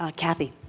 ah kathy.